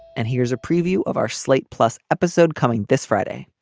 and here's a preview of our slate plus episode coming this friday